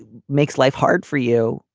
makes life hard for you.